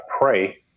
pray